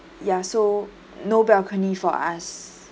ya so no balcony for us